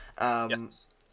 Yes